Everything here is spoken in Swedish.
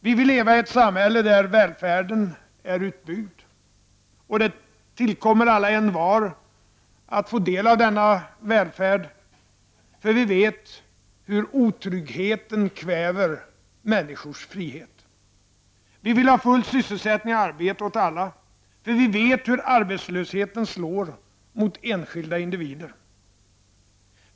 Vi vill leva i ett samhälle där välfärden är utbyggd. Och det tillkommer alla och envar att få del av denna välfärd, för vi vet hur otryggheten kväver människors frihet. Vi vill ha full sysselsättning och arbete åt alla, för vi vet hur arbetslösheten slår mot enskilda individer.